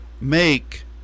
make